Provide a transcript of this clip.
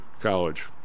college